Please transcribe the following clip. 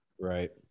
Right